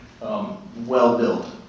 well-built